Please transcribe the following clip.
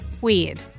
weird